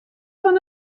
fan